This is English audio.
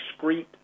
excrete